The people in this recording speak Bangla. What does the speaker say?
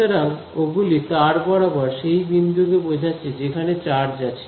সুতরাং ওগুলি তার বরাবর সেই বিন্দুগুলি কে বোঝাচ্ছে যেখানে চার্জ আছে